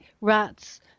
rats